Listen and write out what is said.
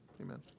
Amen